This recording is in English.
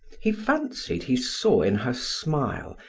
he fancied he saw in her smile,